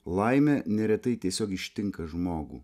laimė neretai tiesiog ištinka žmogų